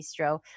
Bistro